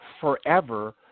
forever